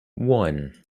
one